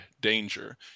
danger